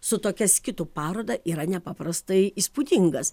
su tokia skitų paroda yra nepaprastai įspūdingas